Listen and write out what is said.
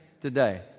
today